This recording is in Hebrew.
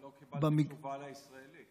לא קיבלתי תשובה על הישראלים.